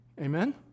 Amen